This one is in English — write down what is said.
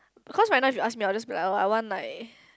because you ask me I'll just be like I want like